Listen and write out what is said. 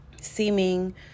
seeming